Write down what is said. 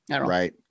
Right